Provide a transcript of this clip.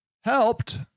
helped